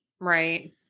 Right